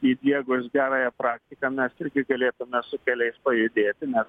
įdiegus gerąją praktiką mes irgi galėtume su keliais pajudėti nes